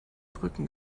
brücken